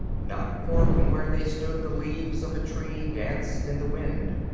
not far from where they stood, the leaves of a tree danced in the wind.